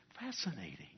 fascinating